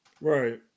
Right